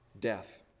death